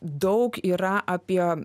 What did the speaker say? daug yra apie